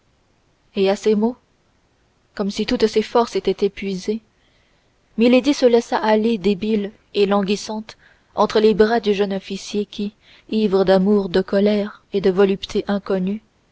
et à ces mots comme si toutes ses forces étaient épuisées milady se laissa aller débile et languissante entre les bras du jeune officier qui ivre d'amour de colère et de voluptés inconnues